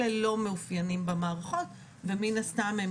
אלה לא מאופיינים במערכות ומן הסתם הם